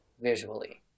visually